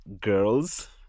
girls